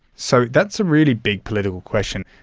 so that's a really big political question.